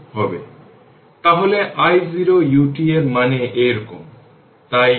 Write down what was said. তাহলে i0 ut এর মানে এইরকম তাই না